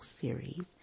series